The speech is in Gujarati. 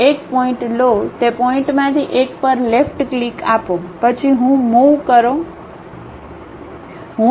એક પોઇન્ટ લો તે પોઇન્ટમાંથી એક પર લેફ્ટ ક્લિક આપો પછી હું મુવ કરોમુવ કરો